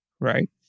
right